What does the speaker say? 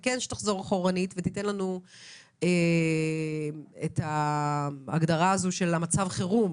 אני אשמח שתחזור אחורנית ותיתן לנו את ההגדרה של מצב חירום,